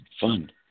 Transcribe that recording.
fun